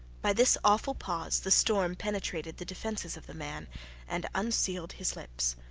by this awful pause the storm penetrated the defences of the man and unsealed his lips.